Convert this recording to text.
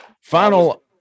Final